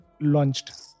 launched